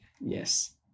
Yes